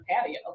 patio